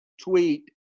tweet